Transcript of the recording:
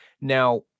now